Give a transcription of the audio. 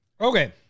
Okay